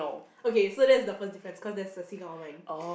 okay so that's the first difference because there's a seagull on mine